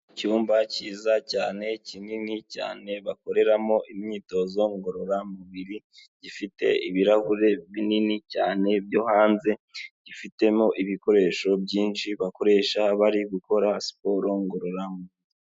Icyumba cyiza cyane kinini cyane bakoreramo imyitozo ngororamubiri gifite ibirahure binini cyane byo hanze gifitemo ibikoresho byinshi bakoresha bari gukora siporo ngororamubiri.